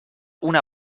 una